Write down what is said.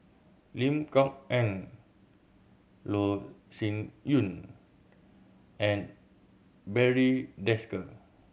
Lim Kok Ann Loh Sin Yun and Barry Desker